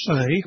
say